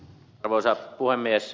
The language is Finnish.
arvoisa puhemies